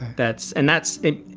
that's and that's it.